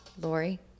Lori